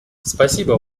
спасибо